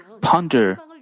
ponder